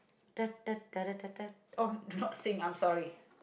oh not sing I'm sorry